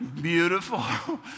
Beautiful